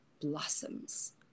blossoms